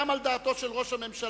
גם על דעתו של ראש הממשלה,